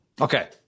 okay